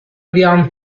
بیام